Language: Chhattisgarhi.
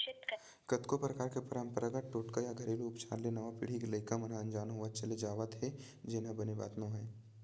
कतको परकार के पंरपरागत टोटका या घेरलू उपचार ले नवा पीढ़ी के लइका मन ह अनजान होवत चले जावत हे जेन ह बने बात नोहय